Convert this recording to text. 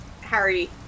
Harry